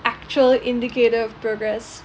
actual indicator of progress